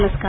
नमस्कार